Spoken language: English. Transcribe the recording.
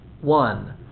one